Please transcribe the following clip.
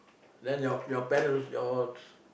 then your your parents your